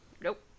Nope